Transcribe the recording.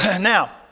Now